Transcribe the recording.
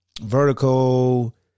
vertical